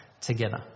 together